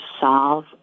solve